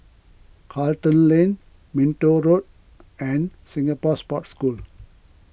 Charlton Lane Minto Road and Singapore Sports School